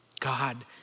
God